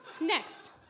Next